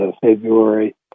February